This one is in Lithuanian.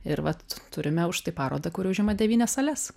ir vat turime už tai parodą kuri užima devynias sales